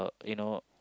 you know